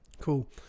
Cool